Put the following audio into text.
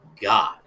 God